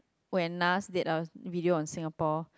when Nas did a video on Singapore